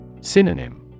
Synonym